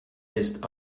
ist